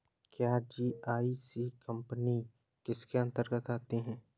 क्या GIC company इसके अन्तर्गत आती है?